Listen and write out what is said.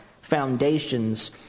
foundations